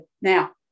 now